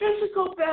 physical